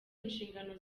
inshingano